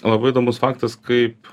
labai įdomus faktas kaip